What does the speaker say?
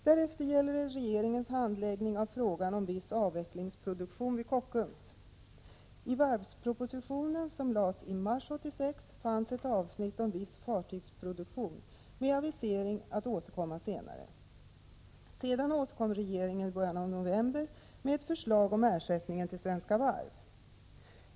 Därefter gäller det regeringens handläggning av frågan om viss avvecklingsproduktion vid Kockums. I varvspropositionen, som lades fram i mars 113 1986, fanns ett avsnitt om viss fartygsproduktion med avisering om att man skulle återkomma senare. Sedan återkom regeringen i början av november med ett förslag om ersättningen till Svenska Varv.